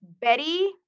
Betty